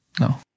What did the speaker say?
No